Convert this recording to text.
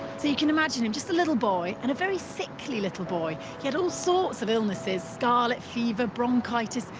so you can imagine him just a little boy, and a very sickly little boy he had all sorts of illnesses scarlet fever, bronchitis,